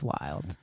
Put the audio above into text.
wild